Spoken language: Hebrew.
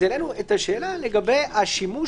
10:33) אז העלינו את השאלה לגבי השימוש